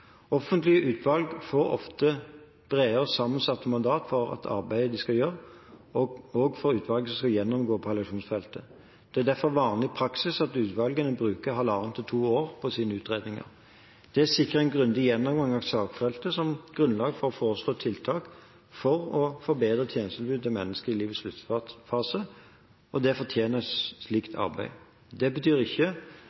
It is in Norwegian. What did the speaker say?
Offentlige utvalg får ofte brede sammensatte mandat for arbeidet de skal gjøre. Slik er det også for utvalget som skal gjennomgå palliasjonsfeltet. Det er derfor vanlig praksis at utvalgene bruker 1 ½–2 år på sine utredninger. Det sikrer en grundig gjennomgang av saksfeltet som grunnlag for å foreslå tiltak for å forbedre tjenestetilbudet til mennesker i livets sluttfase. Det fortjener et slikt arbeid. Det